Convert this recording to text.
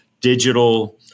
digital